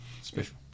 special